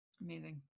Amazing